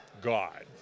god